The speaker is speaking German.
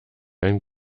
ein